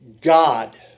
God